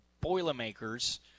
Boilermakers